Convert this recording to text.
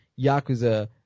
Yakuza